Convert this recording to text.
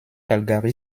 calgary